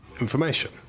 information